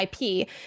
IP